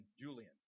Julian